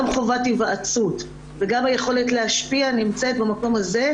גם חובת היוועצות וגם היכולת להשפיע נמצאים במקום הזה,